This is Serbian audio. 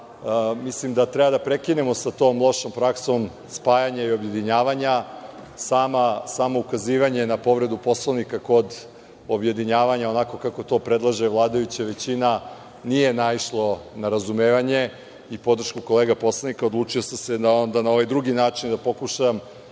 telima. Mislim da treba da prekinemo sa tom lošom praksom spajanja i objedinjavanja. Samo ukazivanje na povredu Poslovnika kod objedinjavanja onako kako to predlaže vladajuća većina nije naišlo na razumevanje i podršku kolega poslanika, odlučio sam se da na ovaj drugi način pokušam